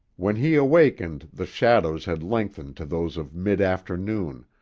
when he awakened the shadows had lengthened to those of mid-afternoon,